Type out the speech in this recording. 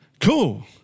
Cool